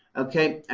ok,